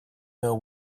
know